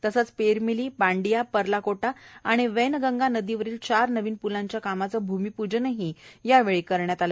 तसंच पेरमिली बांडिया पर्लकोटा आणि वैनगंगा नदीवरील चार नवीन प्लांच्या कामाचे भूमिपूजनही यावेळी करण्यात आले